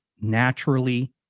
naturally